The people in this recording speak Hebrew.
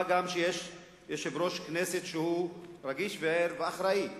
מה גם שיש יושב-ראש כנסת רגיש ואחראי בתפקידו,